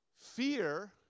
Fear